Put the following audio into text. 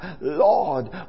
Lord